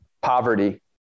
poverty